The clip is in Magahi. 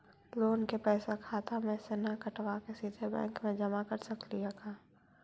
लोन के पैसा खाता मे से न कटवा के सिधे बैंक में जमा कर सकली हे का?